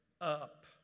up